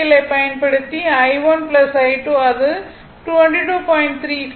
KCL ஐப் பயன்படுத்தி I1 I2 அது 22